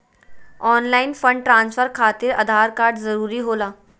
Online fund transfer खातिर Aadhaar card जरूरी होला?